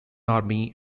army